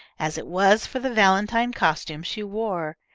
as it was for the valentine costume she wore.